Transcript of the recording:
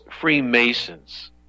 Freemasons